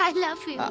um love you.